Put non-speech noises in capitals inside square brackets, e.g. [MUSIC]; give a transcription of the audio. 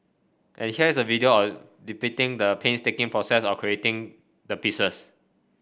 and here is a video [UNINTELLIGIBLE] depicting the painstaking process of creating the pieces